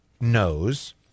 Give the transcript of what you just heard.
knows